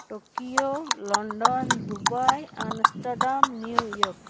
Tokyo London Dubai Amsterdam New York